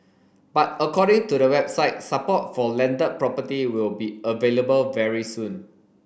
but according to the website support for landed property will be available very soon